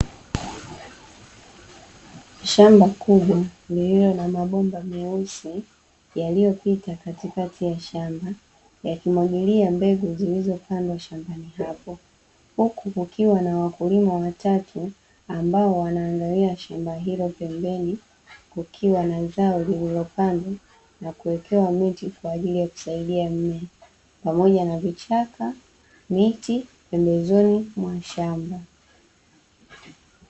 Shamba kubwa lililo na mabomba meusi yaliyo pita katikati ya shamba yakimwagilia mbegu zilizo pandwa shambani hapo, huku kukiwa na wakulima watatu ambao wanaangali shamba hilo, pembeni kukiwa za zao lilio pandwa na kuekewa miti kwaajili ya kusaidia mmea, pamoja na vichaka, miti, pembezoni mwa shamba.